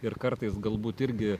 ir kartais galbūt irgi